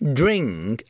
drink